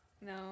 No